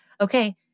okay